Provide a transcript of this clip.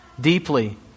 deeply